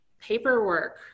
paperwork